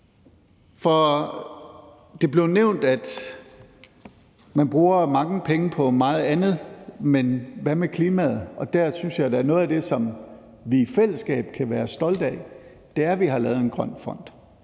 Det blev nævnt, at man bruger mange penge på meget andet, men hvad med klimaet? Og der synes jeg da, at noget af det, som vi i fællesskab kan være stolte af, er, at vi har lavet en grøn fond,